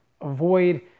avoid